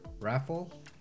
raffle